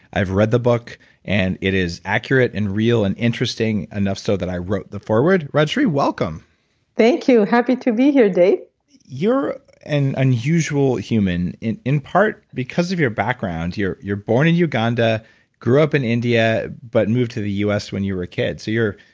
i've read the book and it is accurate and real and interesting enough so that i wrote the foreword. rajshree welcome thank you, happy to be here dave you're an unusual human in in part because of your background. you're born in uganda grew up in india, but moved to the us when you were a kid. so